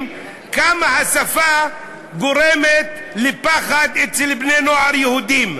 כמה השפה גורמת לפחד אצל בני-נוער יהודים.